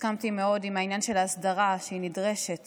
הסכמתי מאוד עם העניין של ההסדרה, שהיא נדרשת